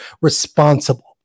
responsible